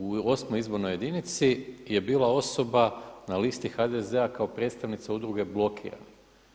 U VIII. izbornoj jedinici je bila osoba na listi HDZ-a kao predstavnica udruge blokiranih.